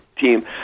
team